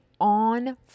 on